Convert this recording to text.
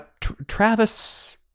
Travis